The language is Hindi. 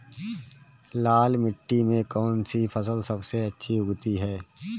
लाल मिट्टी में कौन सी फसल सबसे अच्छी उगती है?